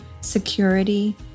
security